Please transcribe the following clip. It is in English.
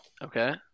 Okay